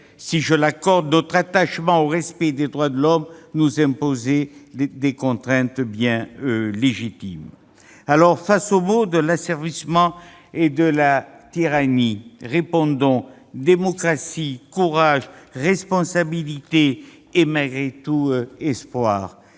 si- je l'accorde -notre attachement au respect des droits de l'homme nous impose des contraintes bien légitimes. Aux maux de l'asservissement et de la tyrannie, opposons démocratie, courage, responsabilité et, malgré tout, espoir.